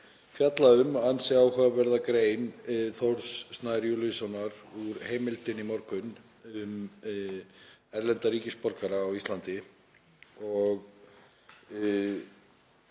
fjalla um ansi áhugaverða grein Þórðar Snæs Júlíussonar í Heimildinni í morgun um erlenda ríkisborgara á Íslandi.